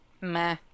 Meh